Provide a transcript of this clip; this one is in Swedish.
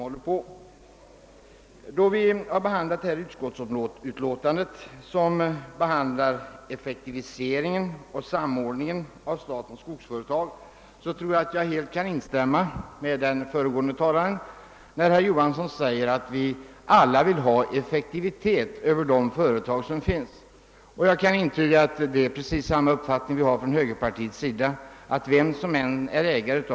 Vad beträffar jordbruksutskottets utlåtande nr 32 angående effektivisering och samordning av statens skogsföretag kan jag helt instämma i vad den föregående ärade talaren, herr Johansson i Simrishamn, sade om att vi alla vill skapa största möjliga effektivitet hos företagen. Jag kan intyga att vi inom högerpartiet har precis den uppfattningen.